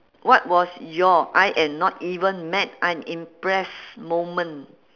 what was your I am not even mad I'm impressed moment